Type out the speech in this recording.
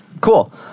Cool